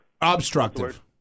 Obstructive